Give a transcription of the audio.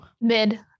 mid